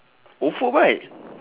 ofo bike